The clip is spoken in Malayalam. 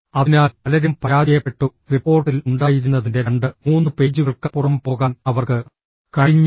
അതിനാൽ പലരും പരാജയപ്പെട്ടു റിപ്പോർട്ടിൽ ഉണ്ടായിരുന്നതിന്റെ രണ്ട് മൂന്ന് പേജുകൾക്കപ്പുറം പോകാൻ അവർക്ക് കഴിഞ്ഞില്ല